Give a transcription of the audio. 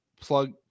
plug